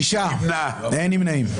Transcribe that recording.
ארבעה בעד, שישה נגד, אין נמנעים.